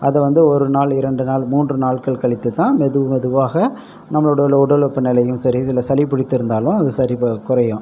அது வந்து ஒரு நாள் இரண்டு நாள் மூன்று நாட்கள் கழித்து தான் மெது மெதுவாக நம்மளுடைய உடல் வெப்பநிலையும் சரி இல்லை சளி பிடித்து இருந்தாலும் அது சரி குறையும்